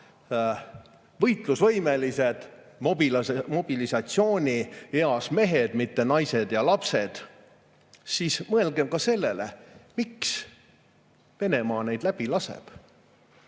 võitlusvõimelised mobilisatsioonieas mehed, mitte naised ja lapsed –, siis mõelgem ka sellele, miks Venemaa neid läbi laseb.